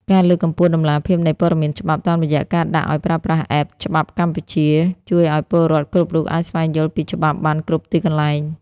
ការលើកកម្ពស់តម្លាភាពនៃព័ត៌មានច្បាប់ តាមរយៈការដាក់ឱ្យប្រើប្រាស់ App ច្បាប់កម្ពុជា ជួយឱ្យពលរដ្ឋគ្រប់រូបអាចស្វែងយល់ពីច្បាប់បានគ្រប់ទីកន្លែង។